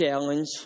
challenge